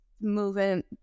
moving